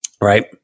right